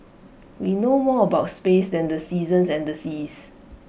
we know more about space than the seasons and the seas